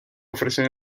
ofrecen